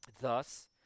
Thus